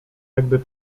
jakby